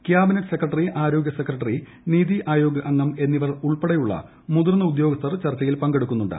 cabinet secretary ആരോഗൃ secretary NITI Aayog അംഗം എന്നിവരുൾപ്പെടെയുള്ള മുതിർന്ന ഉദ്യോഗസ്ഥർ ചർച്ചയിൽ പങ്കെടുക്കുന്നുണ്ട്